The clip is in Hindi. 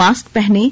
मास्क पहनें